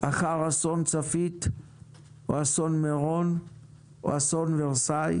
אחר אסון צפית או אסון מירון או אסון ורסאי?